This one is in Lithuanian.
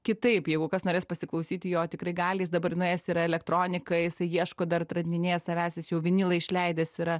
kitaip jeigu kas norės pasiklausyti jo tikrai gali jis dabar nuėjęs yra į elektroniką jisai ieško dar atradinėja savęs jis jau vinilą išleidęs yra